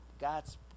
god's